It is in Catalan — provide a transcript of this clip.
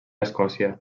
escòcia